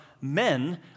men